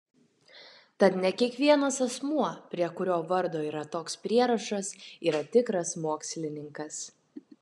tad ne kiekvienas asmuo prie kurio vardo yra toks prierašas yra tikras mokslininkas